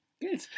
Good